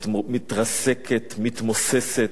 מתרסקת, מתמוססת,